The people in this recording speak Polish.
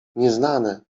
nieznane